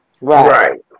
Right